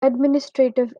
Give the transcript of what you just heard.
administrative